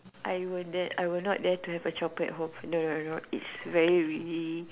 I won't dare I will not dare to have a chopper at home no no no it's very really